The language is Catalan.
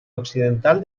occidental